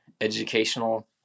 educational